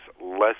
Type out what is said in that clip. less